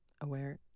aware